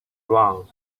wrong